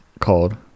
called